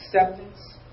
acceptance